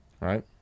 Right